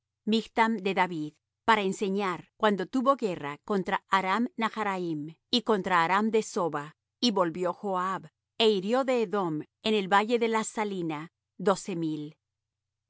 michtam de david para enseñar cuando tuvo guerra contra aram naharaim y contra aram de soba y volvió joab é hirió de edom en el valle de las salina doce mil